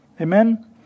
Amen